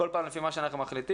כל פעם לפי מה שאנחנו מחליטים.